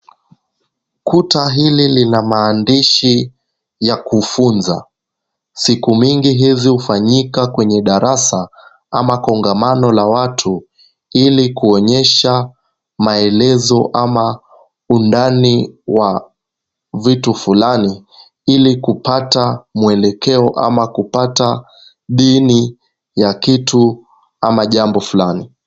Kuta hili lina maandishi ya kufunza, siku mingi hizi kufanyika kwenye darasa ama kongamana la watu ili kuonyesha maelezo ama undani wa vitu fulani ili kupata mweelekeo ama kupata dini ya kitu ama jambo fulani.